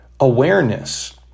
awareness